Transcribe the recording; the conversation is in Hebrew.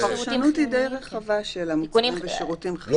הפרשנות של "מוצרים ושירותים חיוניים" היא די רחבה,